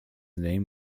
name